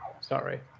Sorry